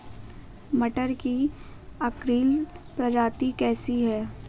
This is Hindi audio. मटर की अर्किल प्रजाति कैसी है?